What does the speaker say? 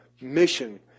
mission